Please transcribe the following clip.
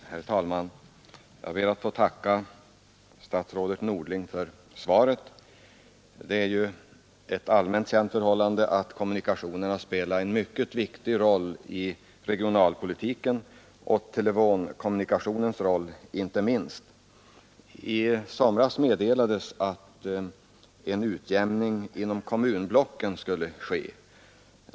Herr talman! Jag ber att få tacka statsrådet Norling för svaret. Det är ju ett allmänt känt förhållande att kommunikationerna spelar en mycket viktig roll i regionalpolitiken, telefonkommunikationerna inte minst. I somras meddelades att en utjämning inom kommunblocken skulle ske.